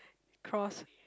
cross